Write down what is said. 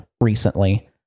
recently